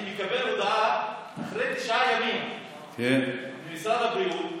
אני מקבל הודעה אחרי תשעה ימים ממשרד הבריאות: